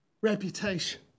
reputation